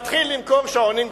מתחיל למכור שעונים גנובים.